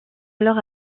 alors